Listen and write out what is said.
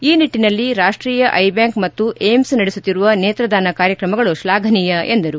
ಈ ನಿಟ್ಟಿನಲ್ಲಿ ರಾಷ್ಟೀಯ ಐ ಬ್ಲಾಂಕ್ ಮತ್ತು ಏಮ್ಬ್ ನಡೆಸುತ್ತಿರುವ ನೇತ್ರದಾನ ಕಾರ್ಯಕ್ರಮಗಳು ಶ್ಲಾಘನೀಯ ಎಂದರು